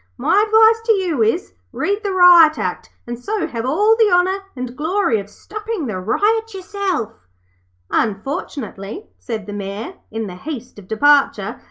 my advice to you is, read the riot act, and so have all the honour and glory of stopping the riot yourself unfortunately, said the mayor, in the haste of departure,